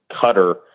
cutter